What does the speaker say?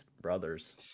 brothers